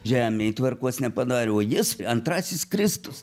žemėj tvarkos nepadarė o jis antrasis kristus